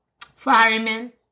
firemen